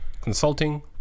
consulting